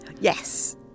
Yes